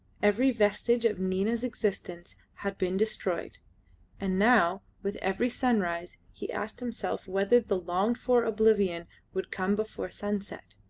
every vestige of nina's existence had been destroyed and now with every sunrise he asked himself whether the longed-for oblivion would come before sunset,